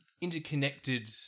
interconnected